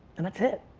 and that's it.